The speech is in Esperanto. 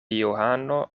johano